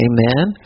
Amen